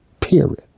period